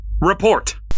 Report